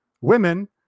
women